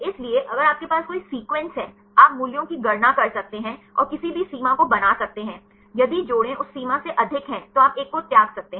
इसलिए अगर आपके पास कोई सीक्वेंस हैं आप मूल्यों की गणना कर सकते हैं और किसी भी सीमा को बना सकते हैं यदि जोड़े उस सीमा से अधिक हैं तो आप एक को त्याग सकते हैं